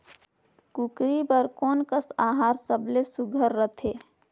कूकरी बर कोन कस आहार सबले सुघ्घर रथे?